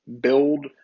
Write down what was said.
build